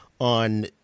on